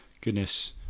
goodness